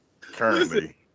currently